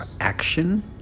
Action